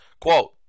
quote